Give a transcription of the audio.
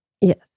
Yes